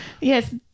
Yes